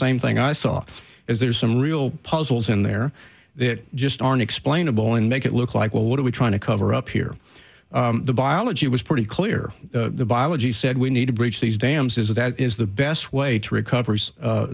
same thing i saw is there's some real puzzles in there that just aren't explainable and make it look like well what are we trying to cover up here the biology was pretty clear the biology said we need to bridge these dams is that is the best way to recover